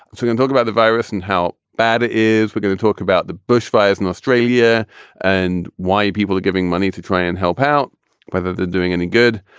and talk about the virus and how bad it is. we're going to talk about the bushfires in australia and why people are giving money to try and help out whether they're doing any good.